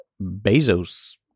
bezos